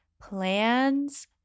plans